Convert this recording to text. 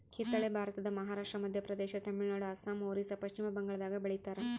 ಕಿತ್ತಳೆ ಭಾರತದ ಮಹಾರಾಷ್ಟ್ರ ಮಧ್ಯಪ್ರದೇಶ ತಮಿಳುನಾಡು ಅಸ್ಸಾಂ ಒರಿಸ್ಸಾ ಪಚ್ಚಿಮಬಂಗಾಳದಾಗ ಬೆಳಿತಾರ